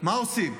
מה עושים?